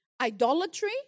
idolatry